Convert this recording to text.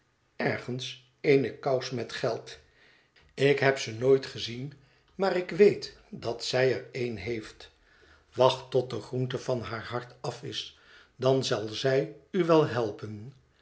ergens eene kous met geld ik heb ze nooit weet dat zij er een heeft wacht tot de groente van haar hart af is dan zal zij u wel helpen